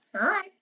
Hi